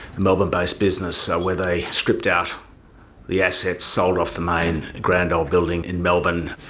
melbourne-based business, so where they stripped out the assets, sold off the main grand old building in melbourne,